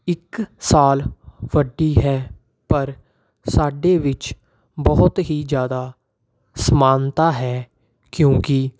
ਇੱਕ ਸਾਲ ਵੱਡੀ ਹੈ ਪਰ ਸਾਡੇ ਵਿੱਚ ਬਹੁਤ ਹੀ ਜ਼ਿਆਦਾ ਸਮਾਨਤਾ ਹੈ ਕਿਉਂਕਿ